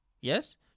Yes